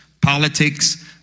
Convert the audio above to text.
politics